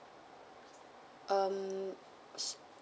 um so